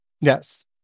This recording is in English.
Yes